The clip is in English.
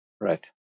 Right